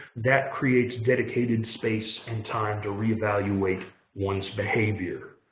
that creates dedicated space and time to re-evaluate one's behavior.